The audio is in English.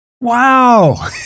Wow